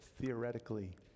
theoretically